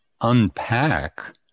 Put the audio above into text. unpack